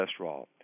cholesterol